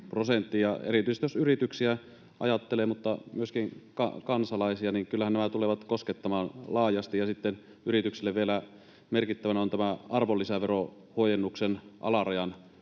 Erityisesti jos yrityksiä ajattelee mutta myöskin kansalaisia, niin kyllähän nämä tulevat koskettamaan laajasti, ja sitten yrityksille vielä merkittävänä on tämä arvonlisäverohuojennuksen alarajan